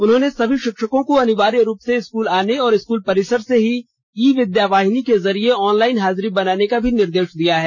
उन्होंने सभी शिक्षकों को अनिवार्य रूप से स्कूल आने और स्कूल परिसर से ही ई विद्यावाहिनी के जरिए ऑनलाईन हाजिरी बनाने का भी निर्देश दिया है